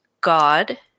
God